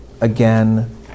Again